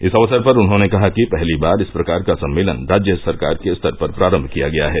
इस अवसर पर उन्होंने कहा कि पहली बार इस प्रकार का सम्मेलन राज्य सरकार के स्तर पर प्रारम्म किया गया है